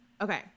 Okay